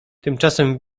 tymczasem